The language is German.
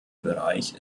bereich